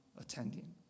attending